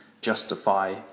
justify